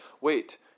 wait